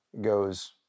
goes